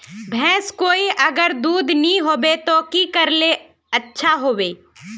भैंस कोई अगर दूध नि होबे तो की करले ले अच्छा होवे?